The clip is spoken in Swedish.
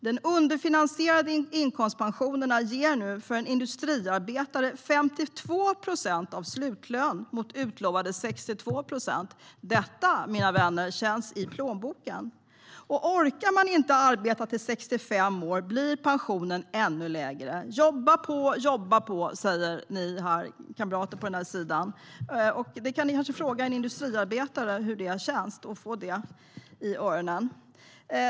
Den underfinansierade inkomstpensionen ger nu för en industriarbetare 52 procent av slutlön mot utlovade 62 procent. Detta, mina vänner, känns i plånboken. Orkar man inte arbeta till 65 år blir pensionen ännu lägre. Jobba på, jobba på, säger ni kamrater på den här sidan. Ni kanske kan fråga en industriarbetare hur det känns att få det i öronen.